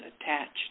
attached